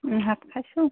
ভাত খাইছোঁ